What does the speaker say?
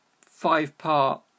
five-part